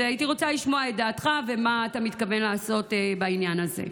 הייתי רוצה לשמוע את דעתך ומה אתה מתכוון לעשות בעניין הזה.